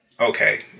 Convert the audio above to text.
okay